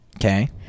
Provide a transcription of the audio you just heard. Okay